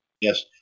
Yes